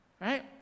right